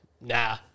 nah